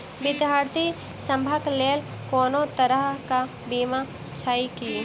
विद्यार्थी सभक लेल कोनो तरह कऽ बीमा छई की?